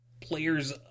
players